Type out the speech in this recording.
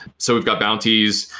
so we've got bounties,